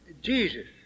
Jesus